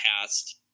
Past